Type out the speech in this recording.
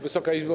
Wysoka Izbo!